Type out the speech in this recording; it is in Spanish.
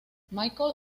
michael